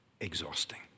exhausting